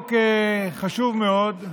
חוק חשוב מאוד,